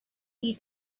you